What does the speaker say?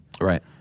Right